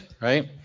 right